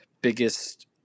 biggest